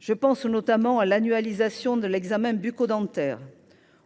Je pense à l’annualisation de l’examen bucco dentaire,